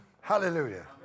Hallelujah